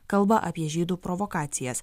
kalba apie žydų provokacijas